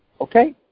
Okay